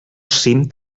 cim